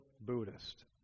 Buddhist